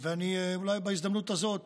ואולי בהזדמנות הזאת